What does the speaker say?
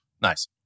Nice